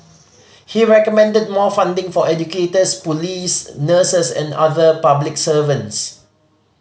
he recommended more funding for educators police nurses and other public servants